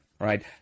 right